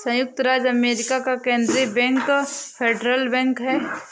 सयुक्त राज्य अमेरिका का केन्द्रीय बैंक फेडरल बैंक है